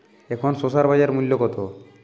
এখন শসার বাজার মূল্য কত?